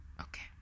okay